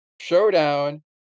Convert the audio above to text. showdown